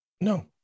no